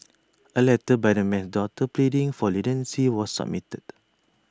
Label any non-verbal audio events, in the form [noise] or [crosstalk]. [noise] A letter by the man's daughter pleading for leniency was submitted